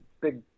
big